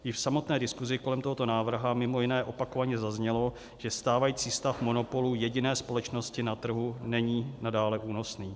Již v samotné diskusi kolem tohoto návrhu mimo jiné opakovaně zaznělo, že stávající stav monopolu jediné společnosti na trhu není nadále únosný.